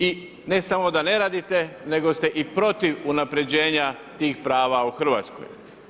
I ne samo da ne radite nego ste i protiv unapređenja tih prava u Hrvatskoj.